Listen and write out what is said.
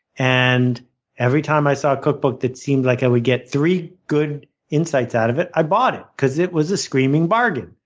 and every time i saw a cookbook that seemed like i would get three good insights out of it, i bought it because it was a screaming bargain.